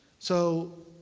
so